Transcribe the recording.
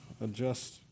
adjust